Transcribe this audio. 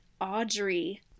Audrey